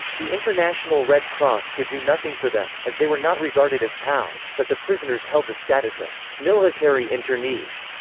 the international red cross could do nothing for them, as they were not regarded as pows, but the prisoners held the status of military internees.